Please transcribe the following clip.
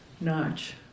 notch